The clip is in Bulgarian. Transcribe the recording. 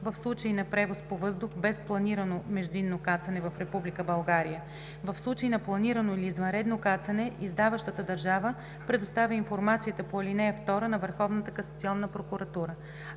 в случай на превоз по въздух без планирано междинно кацане в Република България. В случай на планирано или извънредно кацане, издаващата държава предоставя информацията по ал. 2 на